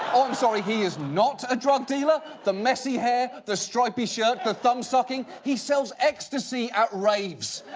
um i'm sorry, he is not a drug dealer? the messy hair, the stripy shirt, the thumb-sucking. he sells ecstasy at raves,